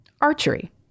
archery